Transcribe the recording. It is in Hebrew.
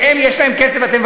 שהם יש להם כסף